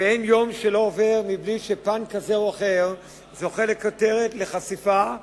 ואין יום שלא עובר מבלי שפן כזה או אחר זוכה לכותרת או לחשיפה,